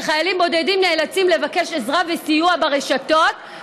שחיילים בודדים נאלצים לבקש עזרה וסיוע ברשתות,